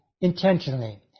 intentionally